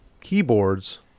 keyboards